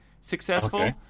successful